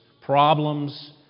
problems